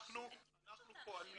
אנחנו פועלים